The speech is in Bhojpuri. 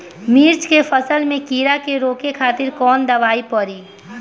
मिर्च के फसल में कीड़ा के रोके खातिर कौन दवाई पड़ी?